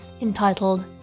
entitled